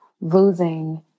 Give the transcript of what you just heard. losing